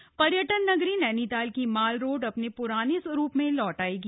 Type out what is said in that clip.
माल road पर्यटन नगरी नैनीताल की माल रोड अपने प्राने स्वरूप में लौट आयेगी